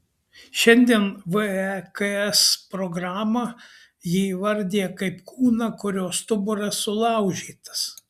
šiandien veks programą ji įvardija kaip kūną kurio stuburas sulaužytas